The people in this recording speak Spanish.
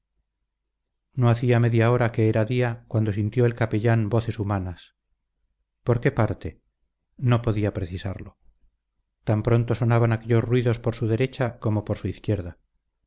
no hacía media hora que era día cuando sintió el capellán voces humanas por qué parte no podía precisarlo tan pronto sonaban aquellos ruidos por su derecha como por su izquierda